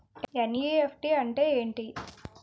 NEFT అంటే ఎంటి?